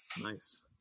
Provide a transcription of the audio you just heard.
Nice